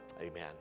amen